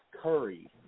Curry